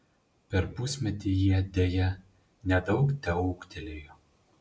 per pusmetį jie deja nedaug teūgtelėjo